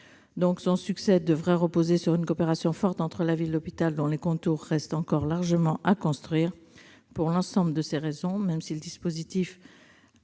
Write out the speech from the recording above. du dispositif devrait reposer sur une coopération forte entre la ville et l'hôpital, dont les contours restent encore largement à construire. Pour l'ensemble de ces raisons, même si cette solution